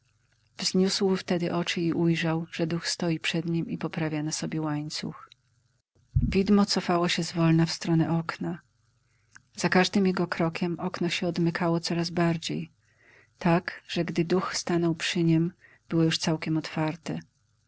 i ujrzał że duch stoi przed nim i poprawia na sobie łańcuch widmo cofało się zwolna w stronę okna za każdym jego krokiem okno się odmykało coraz bardziej tak że gdy duch stanął przy niem było już całkiem otwarte